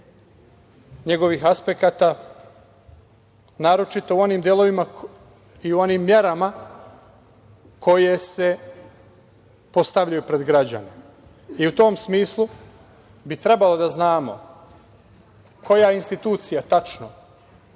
njegovih aspekata, naročito u onim delovima i u onim merama koje se postavljaju pred građane. U tom smislu bi trebalo da znamo koja institucija tačno